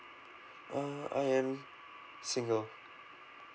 uh I am single